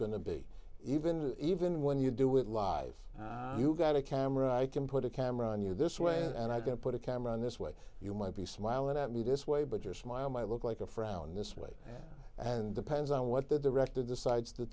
going to be even even when you do with live you got a camera i can put a camera on you this way and i can put a camera on this way you might be smiling at me this way but your smile might look like a frown this way and depends on what the director decides to